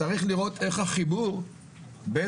צריך לראות האם יש אורגן שמחבר בין